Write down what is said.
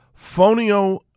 Phonio